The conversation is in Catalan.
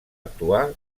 actuar